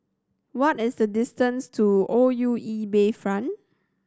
what is the distance to O U E Bayfront